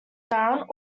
down